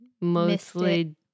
mostly